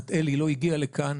בת אל שהיא גם הגיעה לכאן.